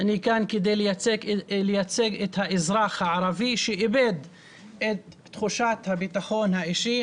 אני כאן כדי לייצג את האזרח הערבי שאיבד את תחושת הביטחון האישי.